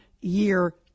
year